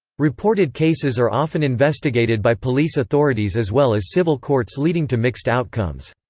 reported cases are often investigated by police authorities as well as civil courts leading to mixed outcomes.